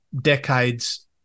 decades